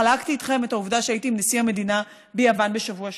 חלקתי איתכם את העובדה שהייתי עם נשיא המדינה ביוון בשבוע שעבר.